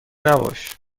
نباش